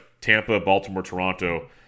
Tampa-Baltimore-Toronto